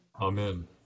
Amen